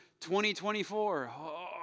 2024